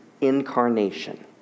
incarnation